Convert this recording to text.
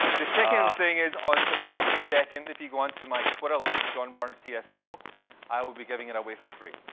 the second thing is, on september the second, if you go onto my twitter link, johnbyrnecso, yeah so i will be giving it away for free.